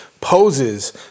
poses